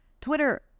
Twitter